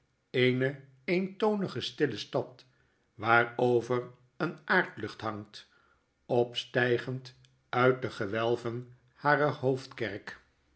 eene eentonige stille stad waarover een aardlucht hangt opstflgend uit de gewelven harer hoofdkerk